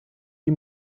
die